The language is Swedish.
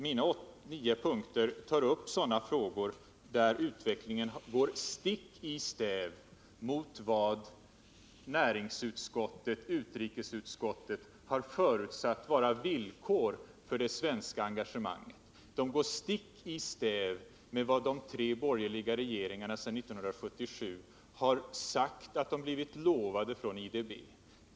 Mina nio punkter tar upp sådana frågor där utvecklingen går stick i stäv med vad näringsutskottet och utrikesutskottet har förutsatt vara villkor för det svenska engagemanget och med vad de tre borgerliga regeringarna sedan 1977 har sagt att de blivit lovade från IDB.